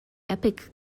epic